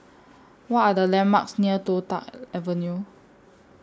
What Are The landmarks near Toh Tuck Avenue